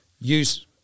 Use